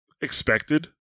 expected